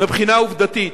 מבחינה עובדתית.